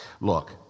Look